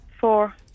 Four